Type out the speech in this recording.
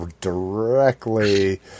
directly